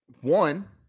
one